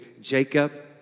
Jacob